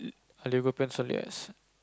a Lego pencil yes